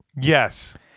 Yes